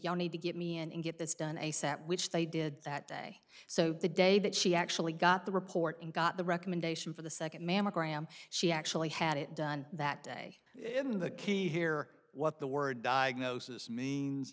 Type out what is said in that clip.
you need to get me and get this done a set which they did that day so the day that she actually got the report and got the recommendation for the second mammogram she actually had it done that day in the key here what the word diagnosis means